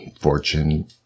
fortune